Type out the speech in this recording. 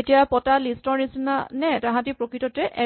এতিয়া পতা লিষ্ট ৰ নিচিনা নে তাহাঁতি প্ৰকৃততে এৰে